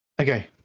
Okay